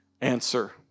answer